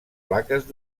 plaques